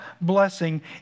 blessing